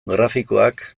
grafikoak